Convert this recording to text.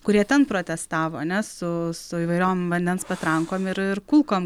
kurie ten protestavo nes su įvairiom vandens patrankom ir kulkom